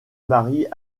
marie